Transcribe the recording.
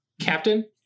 captain